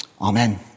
Amen